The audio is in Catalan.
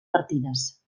partides